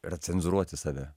yra cenzūruoti save